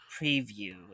preview